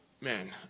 Man